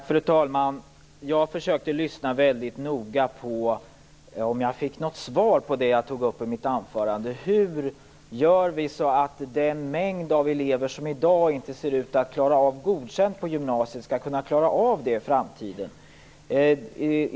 Fru talman! Jag försökte lyssna väldigt noga efter ett svar på den fråga jag ställde i mitt anförande. Hur gör vi så att den mängd elever som i dag inte ser ut att klara av godkänt på gymnasiet klarar av det i framtiden?